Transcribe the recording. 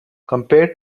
compared